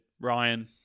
Ryan